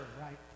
right